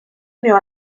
unió